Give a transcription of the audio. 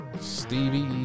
Stevie